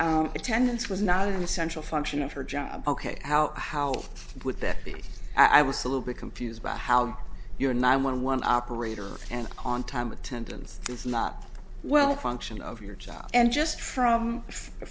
correct attendance was not an essential function of her job ok how how would that be i was a little bit confused about how your nine one one operator and on time attendance is not well function of your job and just from a